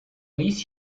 least